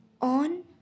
On